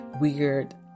weird